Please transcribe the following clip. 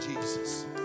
Jesus